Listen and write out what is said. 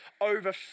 over